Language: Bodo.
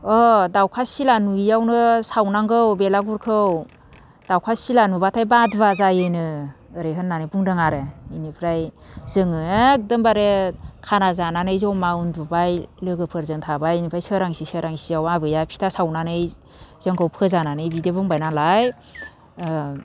अ दाउखा सिला नुयैयावनो सावनांगौ बेलागुरखौ दाउखा सिला नुब्लाथाय बादुवा जायोनो ओरै होननानै बुंदों आरो इनिफ्राय जोङो एखदमबारे खाना जानानै जमा उन्दुबाय लोगोफोरजों थाबाय ओमफ्राय सोरांसि सोरांसियाव आबैया फिथा सावनानै जोंखौ फोजानानै बिदि बुंबायनालाय ओ